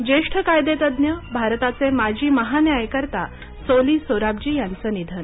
ज्येष्ठ कायदेतज्ञ भारताचे माजी महान्यायकर्ता सोली सोराबजी यांचं निधन